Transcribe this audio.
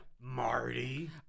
Marty